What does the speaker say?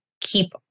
keep